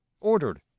ordered